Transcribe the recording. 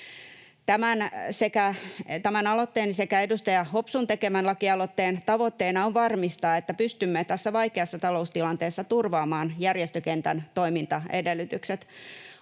Tämän aloitteen sekä edustaja Hopsun tekemän lakialoitteen tavoitteena on varmistaa, että pystymme tässä vaikeassa taloustilanteessa turvaamaan järjestökentän toimintaedellytykset.